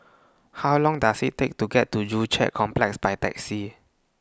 How Long Does IT Take to get to Joo Chiat Complex By Taxi